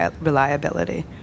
reliability